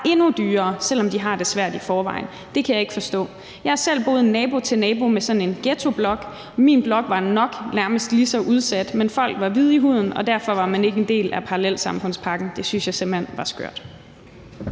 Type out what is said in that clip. endnu dyrere, selv om de har det svært i forvejen. Det kan jeg ikke forstå. Jeg har selv boet som nabo til sådan en ghettoblok. Min blok var nok nærmest lige så udsat, men folk var hvide i huden, og derfor var man ikke en del af parallelsamfundspakken. Det synes jeg simpelt hen var skørt.